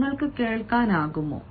നിങ്ങൾക്ക് കേൾക്കാനാകുമോ